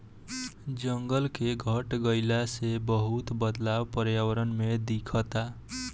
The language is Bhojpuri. जंगल के घट गइला से बहुते बदलाव पर्यावरण में दिखता